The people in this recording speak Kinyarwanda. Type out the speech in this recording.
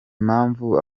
mpamvu